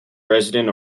resident